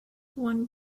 one